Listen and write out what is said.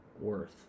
worth